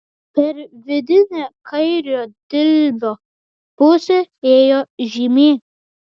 per vidinę kairiojo dilbio pusę ėjo žymė